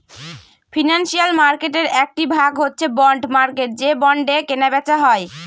financial মার্কেটের একটি ভাগ হচ্ছে বন্ড মার্কেট যে বন্ডে কেনা বেচা হয়